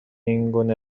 اینگونه